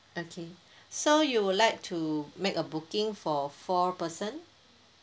okay so you would like to make a booking for four person